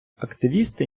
активісти